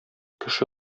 кеше